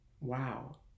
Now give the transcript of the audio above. wow